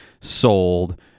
sold